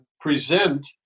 present